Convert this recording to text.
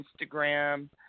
Instagram